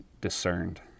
discerned